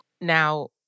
Now